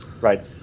Right